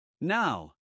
Now